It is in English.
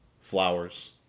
Flowers